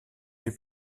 les